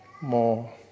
more